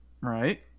Right